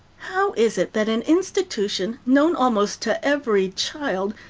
how is it that an institution, known almost to every child,